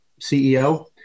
CEO